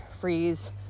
freeze